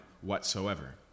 whatsoever